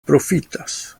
profitas